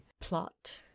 Plot